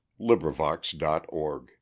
LibriVox.org